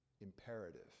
imperative